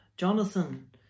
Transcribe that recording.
Jonathan